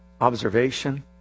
observation